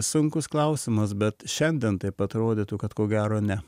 sunkus klausimas bet šiandien taip atrodytų kad ko gero ne